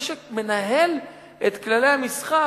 מי שמנהל את כללי המשחק,